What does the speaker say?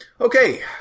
Okay